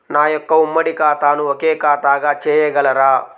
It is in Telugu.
నా యొక్క ఉమ్మడి ఖాతాను ఒకే ఖాతాగా చేయగలరా?